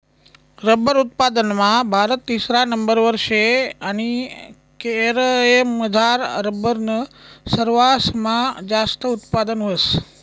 rubber उत्पादनमा भारत तिसरा नंबरवर शे आणि केरयमझार रबरनं सरवासमा जास्त उत्पादन व्हस